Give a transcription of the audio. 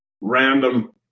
random